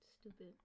Stupid